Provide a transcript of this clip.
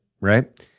right